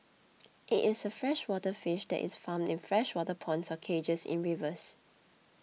it is a freshwater fish that is farmed in freshwater ponds or cages in rivers